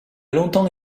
longtemps